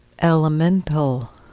elemental